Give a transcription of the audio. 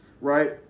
right